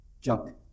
junk